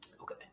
okay